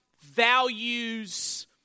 values